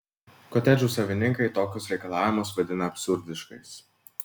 kotedžų savininkai tokius reikalavimus vadina absurdiškais